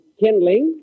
kindling